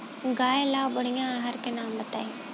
गाय ला बढ़िया आहार के नाम बताई?